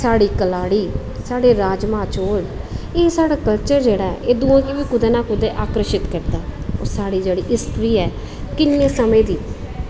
साढ़ी कलाड़ी साढ़े राजमाह् चौल एह् साढ़ा कल्चर दुएं गी बी कुतै ना कुतै अकर्शित करदा साढ़ी जेह्ड़ी हिस्ट्री ऐ किन्ने समें दी